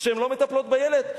שהן לא מטפלות בילד,